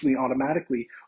automatically